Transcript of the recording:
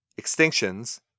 Extinctions